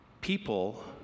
People